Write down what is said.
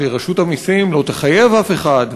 שרשות המסים לא תחייב אף אחד,